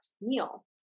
meal